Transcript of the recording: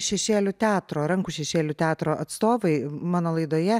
šešėlių teatro rankų šešėlių teatro atstovai mano laidoje